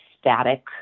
static